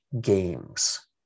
games